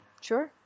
Sure